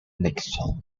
nixon